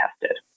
tested